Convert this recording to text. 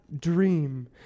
dream